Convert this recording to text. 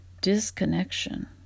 disconnection